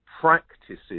practices